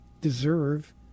deserve